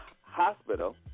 hospital